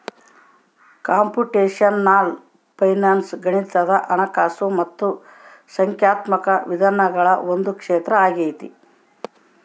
computational finance ಗಣಿತದ ಹಣಕಾಸು ಮತ್ತು ಸಂಖ್ಯಾತ್ಮಕ ವಿಧಾನಗಳ ಒಂದು ಕ್ಷೇತ್ರ ಆಗೈತೆ